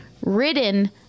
ridden